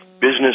business